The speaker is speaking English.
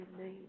name